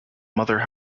mother